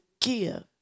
give